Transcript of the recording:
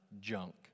junk